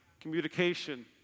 communication